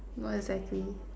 not exactly